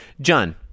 John